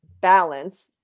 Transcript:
balance